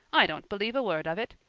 i don't believe a word of it.